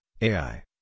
AI